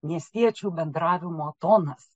miestiečių bendravimo tonas